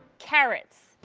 carrots,